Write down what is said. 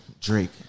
Drake